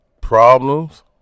problems